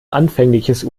anfängliches